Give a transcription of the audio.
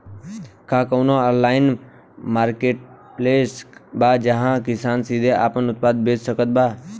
का कउनों online marketplace बा जहां किसान सीधे आपन उत्पाद बेच सकत बा?